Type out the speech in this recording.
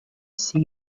see